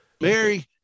Mary